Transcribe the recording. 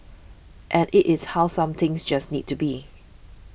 and it is how some things just need to be